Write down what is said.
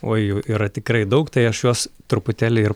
oi jų yra tikrai daug tai aš juos truputėlį ir